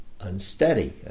unsteady